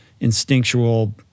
instinctual